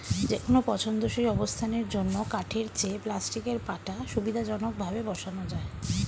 যেকোনো পছন্দসই অবস্থানের জন্য কাঠের চেয়ে প্লাস্টিকের পাটা সুবিধাজনকভাবে বসানো যায়